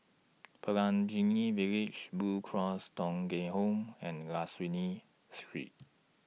Pelangi Village Blue Cross Thong Kheng Home and La Salle Street